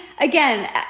Again